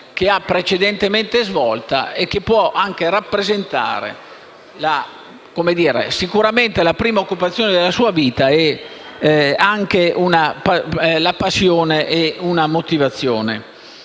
precedentemente svolta, che può rappresentare sicuramente la prima occupazione della sua vita, ma anche una passione e una motivazione